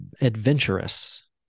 adventurous